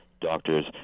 doctors